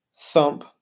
Thump